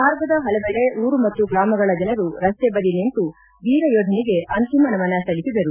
ಮಾರ್ಗದ ಹಲವೆಡೆ ಊರು ಮತ್ತು ಗ್ರಮಗಳ ಜನರು ರಸ್ತೆ ಬದಿ ನಿಂತು ವೀರ ಯೋಧನಿಗೆ ಅಂತಿಮ ನಮನ ಸಲ್ಲಿಸಿದರು